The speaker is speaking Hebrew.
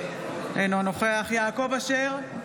אינו נוכח יעקב אשר,